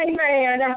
Amen